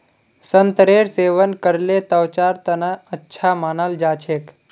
संतरेर सेवन करले त्वचार तना अच्छा मानाल जा छेक